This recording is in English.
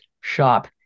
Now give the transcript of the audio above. shop